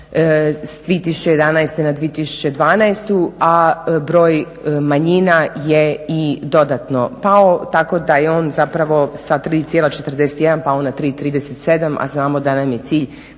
s 2011.na 2012.a broj manjina je i dodatno pao tako da je on sa 3,41 pao na 3,37, a znamo da nam je cilj